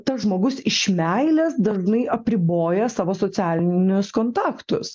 tas žmogus iš meilės dažnai apriboja savo socialinius kontaktus